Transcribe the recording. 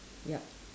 yup